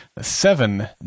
Seven